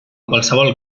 qualsevol